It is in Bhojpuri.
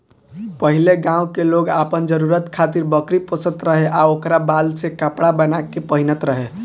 पहिले गांव के लोग आपन जरुरत खातिर बकरी पोसत रहे आ ओकरा बाल से कपड़ा बाना के पहिनत रहे